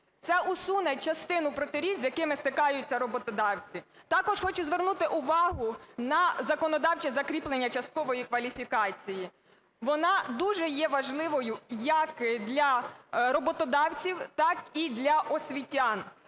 Це усуне частину протиріч, з якими стикаються роботодавці. Також хочу звернути увагу на законодавче закріплення часткової кваліфікації. Вона дуже є важливою як для роботодавців, так і для освітян.